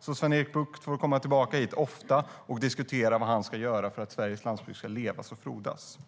Sven-Erik Bucht får komma hit ofta och diskutera vad han ska göra för att Sveriges landsbygd ska leva och frodas.